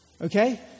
Okay